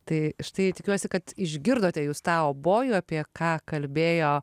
tai štai tikiuosi kad išgirdote jūs tą obojų apie ką kalbėjo